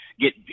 get